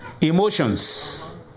emotions